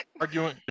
arguing